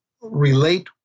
relate